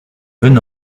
then